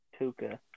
Tuca